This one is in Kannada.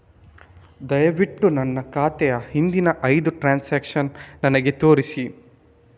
ದಯವಿಟ್ಟು ನನ್ನ ಖಾತೆಯ ಹಿಂದಿನ ಐದು ಟ್ರಾನ್ಸಾಕ್ಷನ್ಸ್ ನನಗೆ ತೋರಿಸಿ